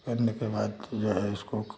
करने के बाद जो है उसको